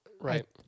Right